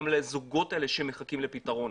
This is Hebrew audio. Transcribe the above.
גם לזוגות האלה שמחכים לפתרון.